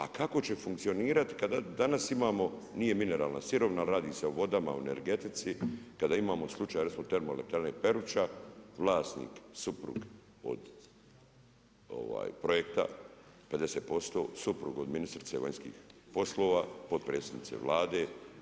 A kako će funkcionirati kada danas imamo, nije mineralna sirovina, ali radi se o vodama, o energetici, kada imamo slučaj recimo termoelektrane Peruča vlasnik suprug od projekta 50%, suprug od ministrice vanjskih poslova, potpredsjednice Vlade.